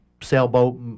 sailboat